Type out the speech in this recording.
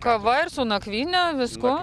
kava ir su nakvyne viskuo